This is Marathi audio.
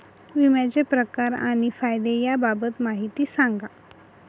विम्याचे प्रकार आणि फायदे याबाबत माहिती सांगा